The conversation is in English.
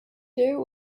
there